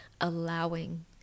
allowing